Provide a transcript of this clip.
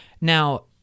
Now